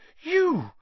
You